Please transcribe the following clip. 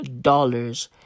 dollars